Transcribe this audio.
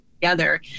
together